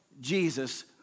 Jesus